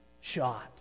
shot